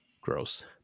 gross